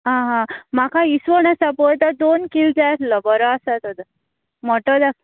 आं हां म्हाका इसवण आसा पळय तो दोन किल जाय आसलो बरो आसा तो मोटोच